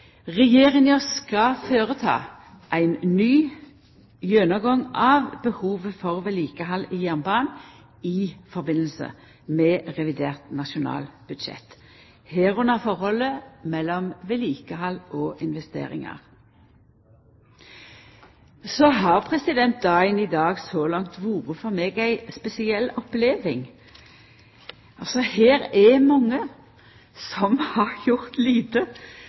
Regjeringa skal føreta ein ny gjennomgang av behovet for vedlikehald på jernbanen i samband med revidert nasjonalbudsjett, også forholdet mellom vedlikehald og investeringar. Dagen i dag har så langt for meg vore ei spesiell oppleving. Her er det mange som har gjort lite